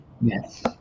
yes